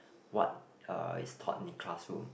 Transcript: what uh is taught in the classroom